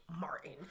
Martin